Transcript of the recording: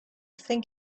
think